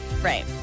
Right